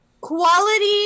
quality